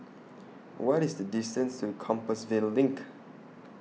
What IS The distance to Compassvale LINK